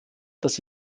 dass